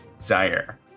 Zaire